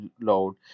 load